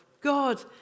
God